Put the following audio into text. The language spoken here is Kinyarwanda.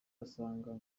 asanga